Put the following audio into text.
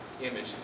image